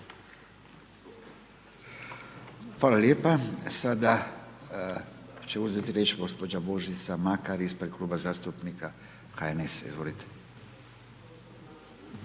Hvala lijepa. Sada će uzeti riječ gđa. Božica Makar ispred kluba zastupnika HNS-a, izvolite. **Makar,